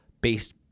based